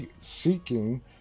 seeking